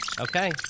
okay